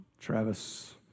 Travis